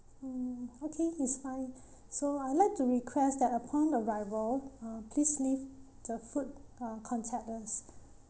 mm okay it's fine so I'd like to request that upon arrival uh please leave the food uh contactless